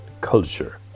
culture